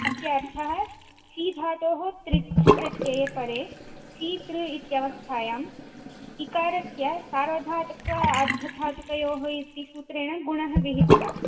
अस्य अर्थः क्षि धातोः त्रिच् प्रत्ययपरे क्षी तृ इत्यावस्थायाम् इकारस्य सार्वधातुक आर्धधातुकयोः इति सूत्रेण गुणः विहितः